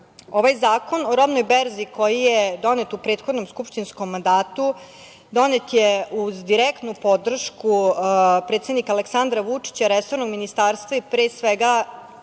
Zakon o robnoj berzi koji je donet u prethodnom skupštinskom mandatu je donet uz direktnu podršku predsednika Aleksandra Vučića, resornog ministarstva i pre svega